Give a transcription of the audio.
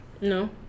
No